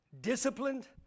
disciplined